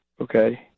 Okay